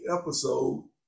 episode